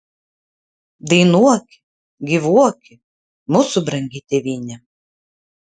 dainuoki gyvuoki mūsų brangi tėvyne